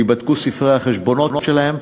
ייבדקו ספרי החשבונות שלהן,